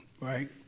right